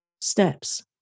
steps